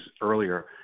earlier